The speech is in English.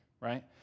right